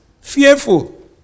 fearful